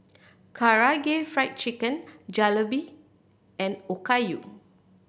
Karaage Fried Chicken Jalebi and Okayu